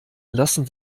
lassen